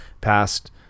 past